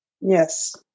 Yes